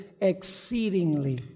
exceedingly